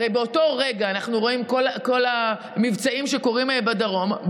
והרי באותו רגע אנחנו רואים את כל המבצעים שקורים בדרום,